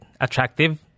attractive